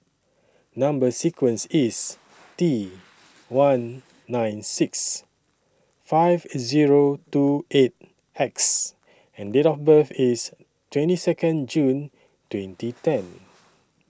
Number sequence IS T one nine six five Zero two eight X and Date of birth IS twenty Second June twenty ten